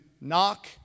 knock